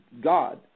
God